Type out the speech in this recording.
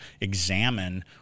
examine